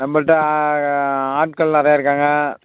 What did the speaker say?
நம்மள்கிட்ட ஆட்கள் நிறையா இருக்காங்க